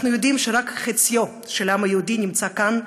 אנחנו יודעים שרק חציו של העם היהודי נמצא כאן,